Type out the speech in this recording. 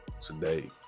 today